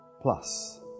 plus